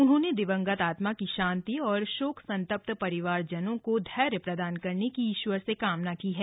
उन्होंने दिवंगत आत्मा की शांति और शोक संतप्त परिवार जनों को धैर्य प्रदान करने की ईश्वर से प्रार्थना की है